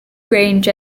grange